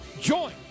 Join